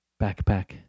Backpack